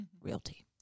Realty